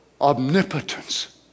Omnipotence